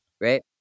right